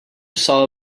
saw